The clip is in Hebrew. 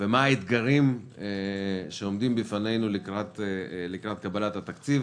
ומה האתגרים שעומדים בפנינו לקראת קבלת התקציב.